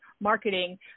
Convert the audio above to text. marketing